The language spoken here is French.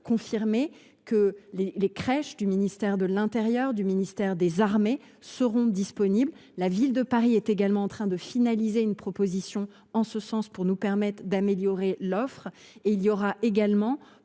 confirmer que les crèches du ministère de l’intérieur et celles du ministère des armées seront disponibles. La Ville de Paris est également en train de finaliser une proposition en ce sens, pour nous permettre d’améliorer l’offre. Stanislas Guerini